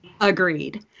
agreed